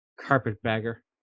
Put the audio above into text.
carpetbagger